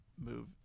move